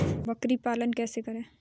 बकरी पालन कैसे करें?